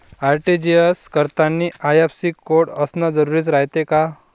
RTGS करतांनी IFSC code असन जरुरी रायते का?